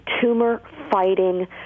tumor-fighting